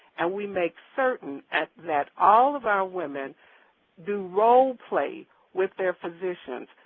and we make certain that all of our women do roleplays with their physicians.